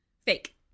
fake